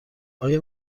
آیا